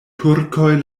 turkoj